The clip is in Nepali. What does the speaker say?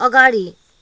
अगाडि